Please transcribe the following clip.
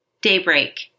Daybreak